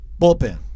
Bullpen